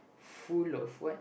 full of what